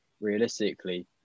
realistically